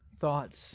thoughts